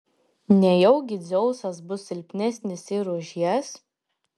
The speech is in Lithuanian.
nejaugi dzeusas bus silpnesnis ir už jas